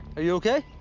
are you ok?